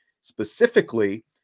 specifically